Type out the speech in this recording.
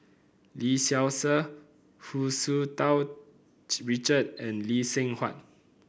Lee Seow Ser Hu Tsu Tau Richard and Lee Seng Huat